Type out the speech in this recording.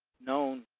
known